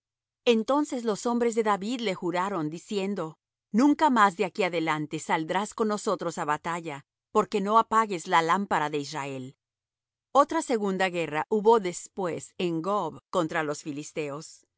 entonces los hombres de david le juraron diciendo nunca más de aquí adelante saldrás con nosotros á batalla porque no apagues la lámpara de israel otra segunda guerra hubo después en gob contra los filisteos